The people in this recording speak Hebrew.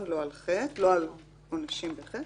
לא עשינו על זה עבודה.